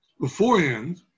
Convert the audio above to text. beforehand